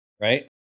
right